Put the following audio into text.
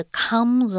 come